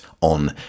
on